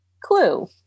Clue